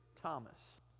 Thomas